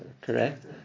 correct